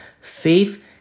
faith